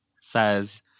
says